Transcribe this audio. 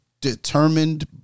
determined